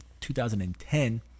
2010